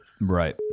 Right